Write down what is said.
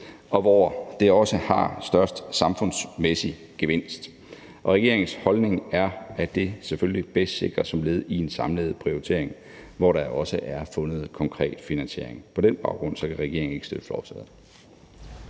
og hvor det også har størst samfundsmæssig gevinst, og regeringens holdning er, at det selvfølgelig bedst sikres som led i en samlet prioritering, hvor der også er fundet konkret finansiering. På den baggrund kan regeringen ikke støtte forslaget.